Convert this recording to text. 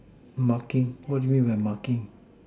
marking what do you mean by marking